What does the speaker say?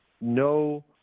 no